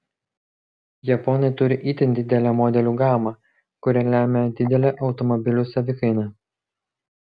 japonai turi itin didelę modelių gamą kuri lemią didelę automobilių savikainą